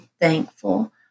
thankful